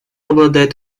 обладает